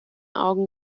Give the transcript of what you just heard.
augen